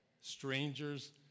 strangers